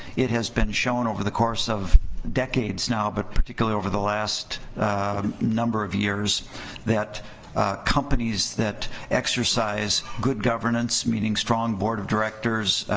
it has been shown over the course of decades now but particularly over the last number of years that companies that exercise good governance meaning strong board of directors